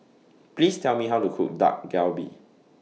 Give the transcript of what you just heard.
Please Tell Me How to Cook Dak Galbi